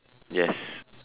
yes